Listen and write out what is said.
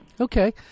Okay